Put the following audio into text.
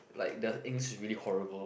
like the English is really horrible